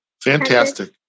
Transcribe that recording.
Fantastic